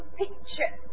picture